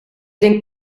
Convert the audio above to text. denk